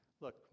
Look